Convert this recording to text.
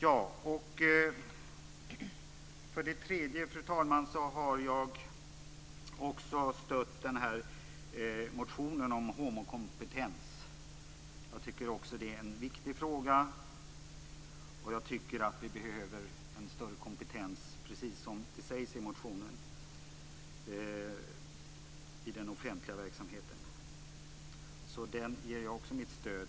Härtill, fru talman, har jag också stött motionen om homokompetens. Jag tycker att det också är en viktig fråga. Jag tycker att vi behöver en större kompetens i den offentliga verksamheten, precis som det sägs i motionen. Den ger jag också mitt stöd.